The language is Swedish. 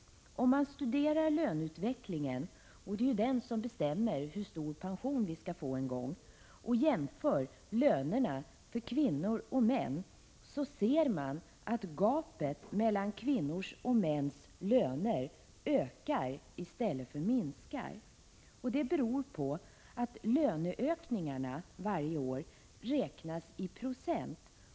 Om man studerar löneutvecklingen — och det är ju den som bestämmer hur stor pension vi skall få en gång — och jämför lönerna för kvinnor och män, ser man att gapet mellan kvinnors och mäns löner ökar i stället för minskar. Det beror på att löneökningarna varje år räknas i procent.